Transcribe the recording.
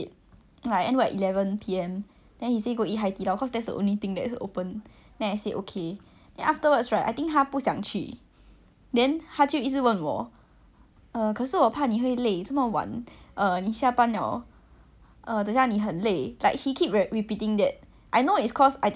then 他就一直问我 err 可是我怕你会累这么晚 err 你下班了 err 等下你很累 like he keeps repeating that I know it's cause I think he don't want to go then I'm just like why can't you just tell me that like you don't want to go then I'm just like because the truth is 我不累 it's like 我很晚睡的 [what]